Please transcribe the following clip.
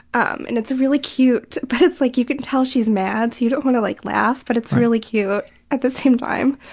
um and it's really cute but like you can tell she's mad, so you don't want to like laugh, but it's really cute at the same time.